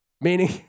meaning